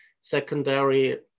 secondary